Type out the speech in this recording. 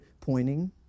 pointing